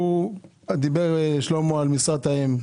דיבר שלמה על משרת האם.